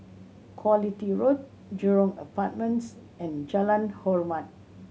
Quality Road Jurong Apartments and Jalan Hormat